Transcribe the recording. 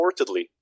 reportedly